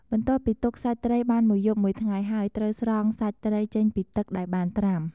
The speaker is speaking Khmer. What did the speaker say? បន្ទាប់ពីទុកសាច់ត្រីបានមួយយប់មួយថ្ងៃហើយ ត្រូវស្រង់សាច់ត្រីចេញពីទឹកដែលបានត្រាំ ។